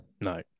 No